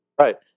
Right